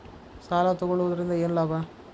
ಸಾಲ ತಗೊಳ್ಳುವುದರಿಂದ ಏನ್ ಲಾಭ?